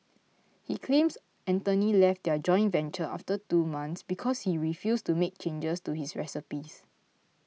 he claims Anthony left their joint venture after two months because he refused to make changes to his recipes